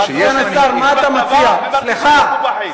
הדרוזים משרתים בצבא ומרגישים מקופחים.